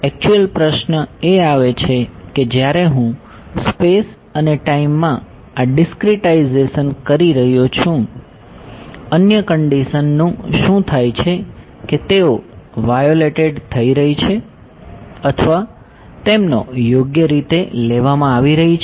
તેથી એક્ચ્યુયલ પ્રશ્ન એ આવે છે કે જ્યારે હું સ્પેસ અને ટાઈમ માં આ ડીસ્ક્રીટાઇઝેશન કરી રહ્યો છું અન્ય કન્ડિશનનું શું થાય છે કે તેઓ વાયોલેટેડ થઈ રહી છે અથવા તેમનો યોગ્ય રીતે લેવામાં આવી રહી છે